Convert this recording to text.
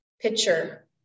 picture